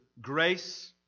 grace